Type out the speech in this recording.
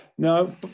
No